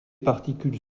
particules